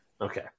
Okay